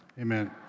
amen